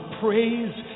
praise